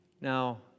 Now